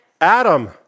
Adam